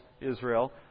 Israel